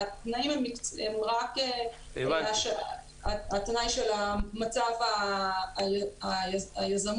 התנאים הם רק התנאי של מצב היזמות,